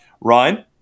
Ryan